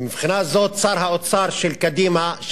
ומבחינה זאת שר האוצר של קדימה,